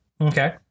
Okay